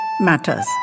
matters